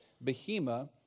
behemoth